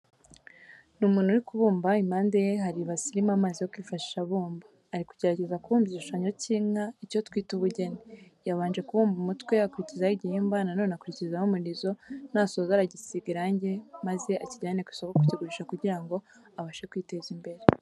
Ni umuntu uri kubumba, impande ye hari ibase irimo amazi yo kwifashisha abumba, ari kugerageza kubumba igishushanyo cy'inka, icyo twita ubugeni. Yabanje kubumba umutwe akurikizaho igihimba, na none akurikizaho umurizo, nasoza aragisiga irange maze akijyane ku isoko kukigurisha kugira ngo abashe kwiteza imbere.